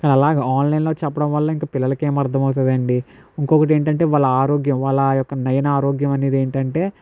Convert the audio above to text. అలాగా ఆన్లైన్ లో చెప్పడం వల్ల ఇంకా పిల్లలకి ఏం అర్థమవుతుంది అండి ఇంకొకటి ఏంటంటే వాళ్ళ ఆరోగ్యం వాళ్ళ యొక్క నయనా ఆరోగ్యం అనేది ఏంటంటే